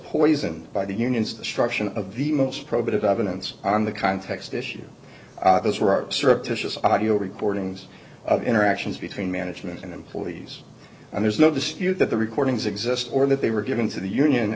poisoned by the unions destruction of the most probative evidence on the context issue those who wrote surreptitious audio recordings of interactions between management and employees and there's no dispute that the recordings exist or that they were given to the union